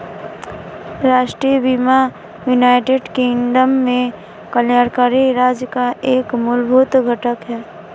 राष्ट्रीय बीमा United Kingdom में कल्याणकारी राज्य का एक मूलभूत घटक है